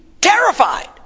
terrified